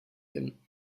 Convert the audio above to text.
him